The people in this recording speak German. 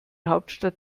hauptstadt